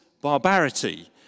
barbarity